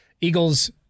Eagles